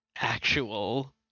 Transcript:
actual